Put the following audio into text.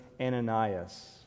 Ananias